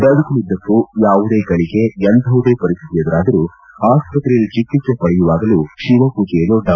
ಬದುಕಿನುದ್ದಕ್ಕೂ ಯಾವುದೇ ಗಳಿಗೆ ಎಂತಹುದೇ ಪರಿಸ್ಥಿತಿ ಎದುರಾದರೂ ಆಸ್ಪತ್ರೆಯಲ್ಲಿ ಚಿಕಿತ್ಸೆ ಪಡೆಯುವಾಗಲೂ ಶಿವಪೂಜೆಯನ್ನು ಡಾ